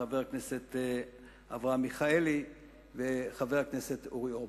חבר הכנסת אברהם מיכאלי וחבר הכנסת אורי אורבך.